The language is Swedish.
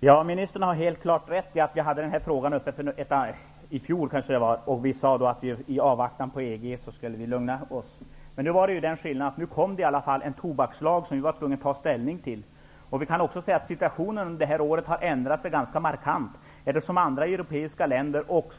Herr talman! Ministern har helt rätt i att vi hade frågan uppe i fjol, eller när det var, och att vi sade att vi skulle lugna oss i avvaktan på EG. Men skillnaden är att det nu kom en tobakslag som vi var tvungna att ta ställning till. Vi kan också säga att situationen under detta år har ändrat sig markant, eftersom andra europeiska länder och